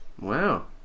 Wow